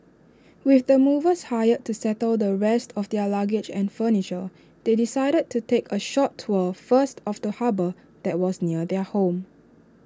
with the movers hired to settle the rest of their luggage and furniture they decided to take A short tour first of the harbour that was near their home